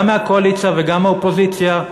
גם מהקואליציה וגם מהאופוזיציה,